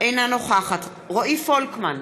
אינה נוכחת רועי פולקמן,